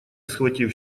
схватив